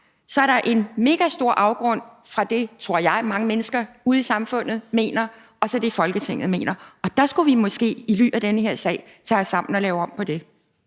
nok er der en megastor afgrund mellem det, tror jeg, som mange mennesker ude i samfundet mener, og så det, Folketinget mener. Og der skulle vi måske i lyset af den her sag tage os sammen og lave om på det.